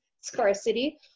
scarcity